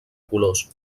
colors